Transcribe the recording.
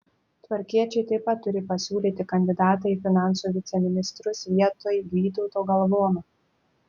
tvarkiečiai taip pat turi pasiūlyti kandidatą į finansų viceministrus vietoj vytauto galvono